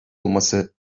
olması